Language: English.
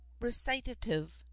recitative